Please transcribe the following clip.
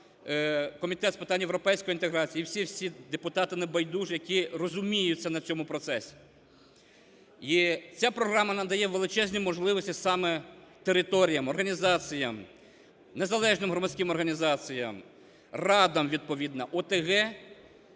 Комітет з питань європейської інтеграції і всі, всі депутати небайдужі, які розуміються на цьому процесі. І ця програма надає величезні можливості саме територіям, організаціям, незалежним громадським організаціям, радам, відповідно, ОТГ